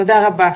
תודה רבה.